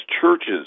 churches